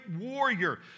warrior